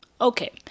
okay